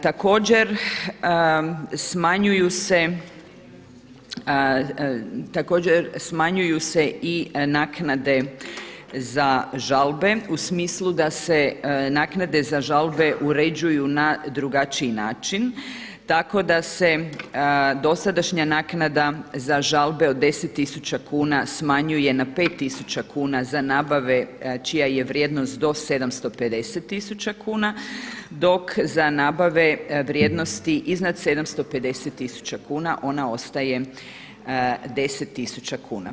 Također smanjuju se i naknade za žalbe u smislu da se naknade za žalbe uređuju na drugačiji način, tako da se dosadašnja naknada za žalbe od deset tisuća kuna smanjuje na pet tisuća kuna za nabave čija je vrijednost do 750 tisuća kuna, dok sa nabave vrijednosti iznad 750 tisuća kuna ona ostaje deset tisuća kuna.